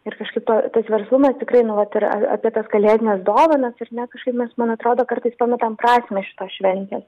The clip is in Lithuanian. ir kažkaip to tas verslumas tikrai nu vat yra ir apie tas kalėdines dovanas ar ne kažkaip mes man atrodo kartais pametam prasmę šitos šventės